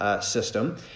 system